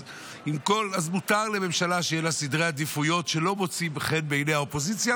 אז מותר לממשלה שיהיו לה סדרי עדיפויות שלא מוצאים חן בעיני האופוזיציה,